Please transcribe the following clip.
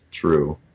true